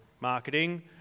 marketing